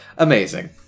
Amazing